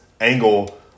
angle